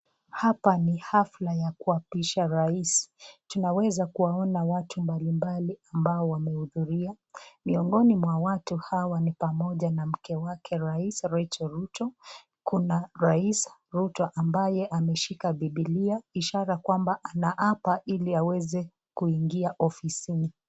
Hapa ni hafla ya kuapisha rais. Tunaweza kuwaona watu mbalimbali ambao wamehudhuria. Miongoni mwa watu hawa ni pamoja na mke wake rais, Rachel Ruto. Kuna rais Ruto ambaye ameshika bibilia ishara kwamba anaapa ili aweze kuingia ofisini.